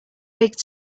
big